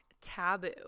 Taboo